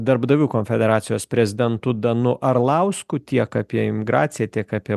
darbdavių konfederacijos prezidentu danu arlausku tiek apie imigraciją tiek apie